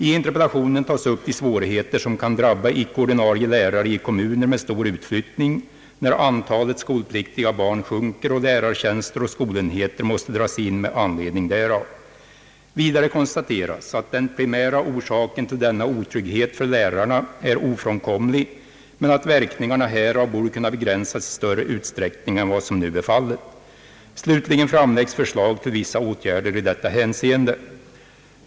I interpellationen tas upp de svårigheter som kan drabba icke-ordinarie lärare i kommuner med stor utflyttning, när antalet skolpliktiga barn sjunker och lärartjänster och skolenheter mås te dras in med anledning därav. Vidare konstateras att den primära orsaken till denna otrygghet för lärarna är ofrånkomlig men att verkningarna härav borde kunna begränsas i större utsträckning än vad som nu är fallet. Slutligen framläggs förslag till vissa åtgärder i detta hänseende.